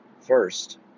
First